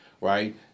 Right